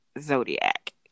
Zodiac